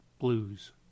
Blues